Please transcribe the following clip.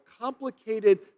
complicated